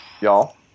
Y'all